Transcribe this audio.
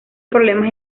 problemas